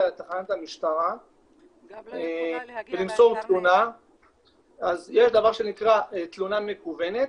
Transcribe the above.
לתחנת המשטרה למסור תלונה אז יש דבר שנקרא תלונה מקוונת,